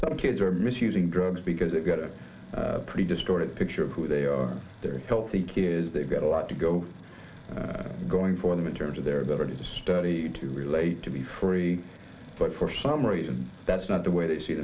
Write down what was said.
some kids are misusing drugs because they've got a pretty distorted picture of who they are their healthy kids they've got a lot to go going for them in terms of their ability to study to relate to be free but for some reason that's not the way they see